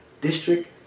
District